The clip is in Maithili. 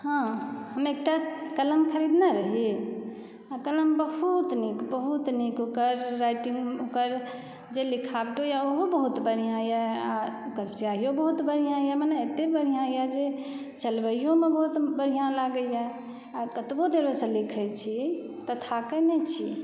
हँ हम एकटा कलम खरीदने रही आ कलम बहुत नीक बहुत नीक ओकर राइटिंग ओकर जे लिखावटो यऽ ओहो बहुत बढिआँ यऽ आ ओकर स्याहीओ बहुत बढिआँ यऽ मने एते बढिआँ यऽ जे चलबयओमऽ बहुत बढिआँ लागयए आ कतबो देर ओहिसँ लिखैत छी तऽ थाकय नहि छी